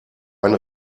ein